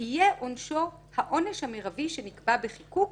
יהיה עונשו העונש המרבי שנקבע בחיקוק,